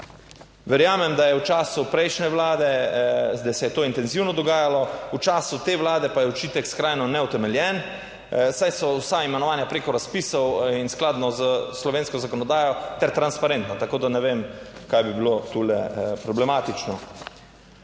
Verjamem, da je v času prejšnje vlade, da se je to intenzivno dogajalo. V času te Vlade pa je očitek skrajno neutemeljen, saj so vsa imenovanja preko razpisov in skladno s slovensko zakonodajo ter transparentna, tako da ne vem kaj bi bilo tule problematično.